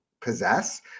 possess